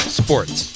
sports